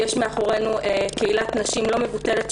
יש מאחורינו קהילת נשים לא מבוטלת,